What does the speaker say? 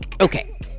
okay